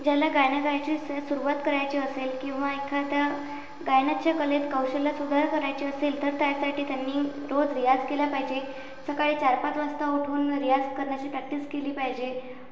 ज्याला गाणं गायची स सुरुवात करायची असेल किंवा एखाद्या गायनाच्या कलेत कौशल्य सुधार करायची असेल तर त्यासाठी त्यांनी रोज रियाज केला पाहिजे सकाळी चार पाच वाजता उठवून रियाज करण्याची प्रॅक्टिस केली पाहिजे